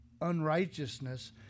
unrighteousness